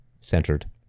centered